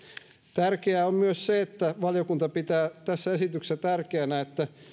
tärkeää on myös se että valiokunta pitää tässä mietinnössä tärkeänä että